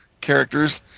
characters